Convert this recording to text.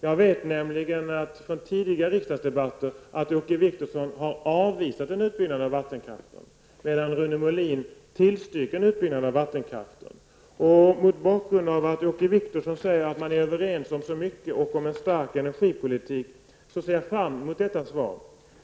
Jag vet nämligen från tidigare riksdagsdebatter att Åke Wictorsson avvisat en utbyggnad av vattenkraften, medan Rune Molin tillstyrker en utbyggnad av vattenkraften. Mot bakgrund av att Åke Wictorsson säger att man är överens om så mycket och att det är en stark energipolitik, ser jag fram mot detta svar.